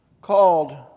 Called